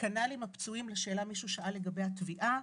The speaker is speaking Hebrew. כנ"ל עם הפצועים, נשאלה שאלה לגבי התביעה.